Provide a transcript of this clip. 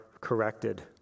corrected